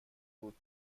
بود